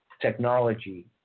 technology